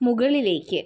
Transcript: മുകളിലേയ്ക്ക്